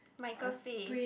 Michael Faye